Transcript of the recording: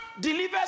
delivers